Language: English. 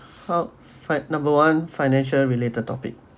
part fi~ number one financial related topic